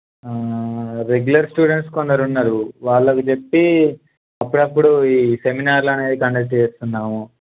regular students కొందరు ఉన్నారు వాళ్ళకి చెప్పి అప్పుడప్పుడు ఈ సెమినార్లు అనేవి కండక్ట్ చేస్తున్నాము